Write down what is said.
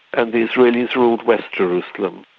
and the israelis ruled west jerusalem.